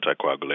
anticoagulation